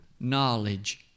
knowledge